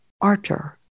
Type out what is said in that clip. Archer